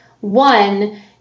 One